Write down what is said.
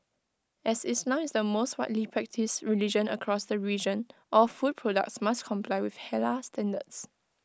as islam is the most widely practised religion across the region all food products must comply with Halal standards